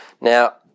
Now